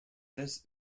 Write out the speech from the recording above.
this